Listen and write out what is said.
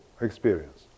experience